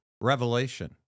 revelation